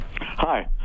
Hi